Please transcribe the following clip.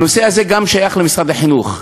הנושא הזה שייך גם למשרד החינוך,